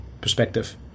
perspective